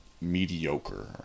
mediocre